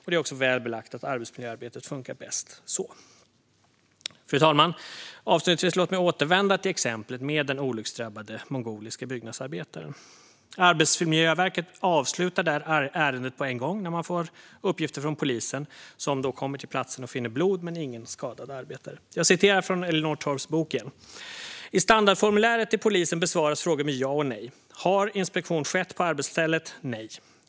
Det är också väl belagt att arbetsmiljöarbetet funkar bäst så. Fru talman! Låt mig avslutningsvis återvända till exemplet med den olycksdrabbade mongoliska byggnadsarbetaren. Arbetsmiljöverket avslutar ärendet på en gång när man får uppgifter från polisen, som kommer till platsen och finner blod men ingen skadad arbetare. Jag citerar ur Elinor Torps bok: I standardformuläret till polisen besvaras frågor med ja och nej. Har inspektion skett på arbetsstället? Nej.